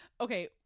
okay